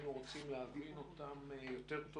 שהיינו רוצים להבין אותם טוב יותר,